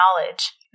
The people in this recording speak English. knowledge